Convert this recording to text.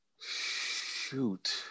Shoot